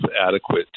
adequate